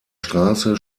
straße